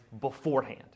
beforehand